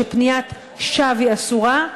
שפניית שווא היא אסורה,